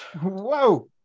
whoa